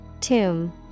Tomb